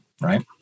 right